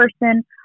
person